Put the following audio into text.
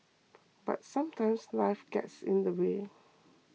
but sometimes life gets in the way